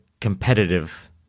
competitive